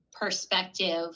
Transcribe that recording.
perspective